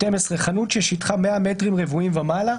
"(12)חנות ששטחה 100 מטרים רבועים ומעלה,